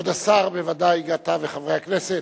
כבוד השר, בוודאי אתה וחברי הכנסת,